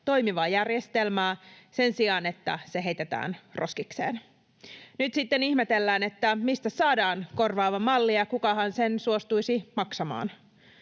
toimivaa järjestelmää sen sijaan, että se heitetään roskikseen. Nyt sitten ihmetellään, mistä saadaan korvaava malli ja kukahan sen suostuisi maksamaan.